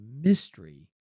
mystery